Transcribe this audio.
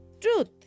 truth